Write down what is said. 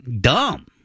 dumb